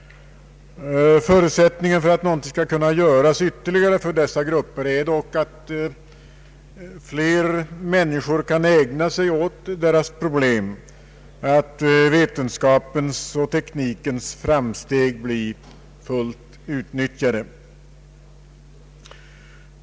Förutsättningen för att någonting skall kunna göras för dessa grupper är dock att fler människor kan ägna sig åt deras problem och att vetenskapens och teknikens framsteg blir fullt utnyttjade.